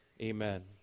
Amen